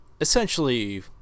essentially